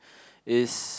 is